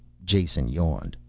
jason yawned.